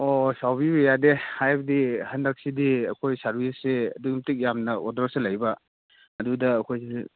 ꯑꯣ ꯁꯥꯎꯕꯤꯕ ꯌꯥꯗꯦ ꯍꯥꯏꯕꯗꯤ ꯍꯟꯗꯛꯁꯤꯗꯤ ꯑꯩꯈꯣꯏꯒꯤ ꯁꯥꯔꯕꯤꯁꯁꯦ ꯑꯗꯨꯛꯀꯤ ꯃꯇꯤꯛ ꯌꯥꯝꯅ ꯑꯣꯗꯔꯁꯨ ꯂꯩꯕ ꯑꯗꯨꯗ ꯑꯩꯈꯣꯏꯁꯦ